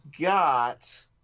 got